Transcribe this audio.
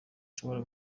ushobora